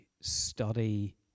study